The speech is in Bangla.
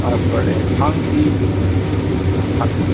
তারপরে আংটি হাত